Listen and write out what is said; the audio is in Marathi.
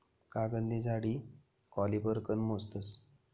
कागदनी जाडी कॉलिपर कन मोजतस